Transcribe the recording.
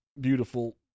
beautiful